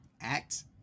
act